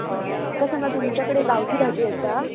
म्हाका सांगां तुमच्या कडेन गांवठी भाजी आसा